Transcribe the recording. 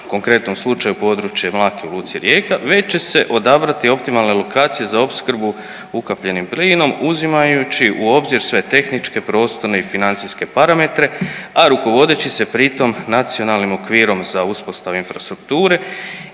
u konkretnom slučaju područje Mlake u luci Rijeka već će se odabrati optimalne lokacije za opskrbu ukapljenim plinom uzimajući u obzir sve tehničke, prostorne i financijske parametre, a rukovodeći se pri tom Nacionalnim okvirom za uspostavu infrastrukture